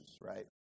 right